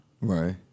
Right